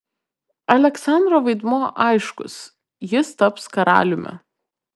aleksandro vaidmuo aiškus jis taps karaliumi